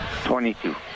22